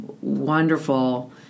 wonderful